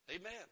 Amen